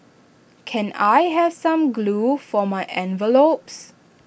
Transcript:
can I have some glue for my envelopes